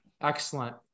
Excellent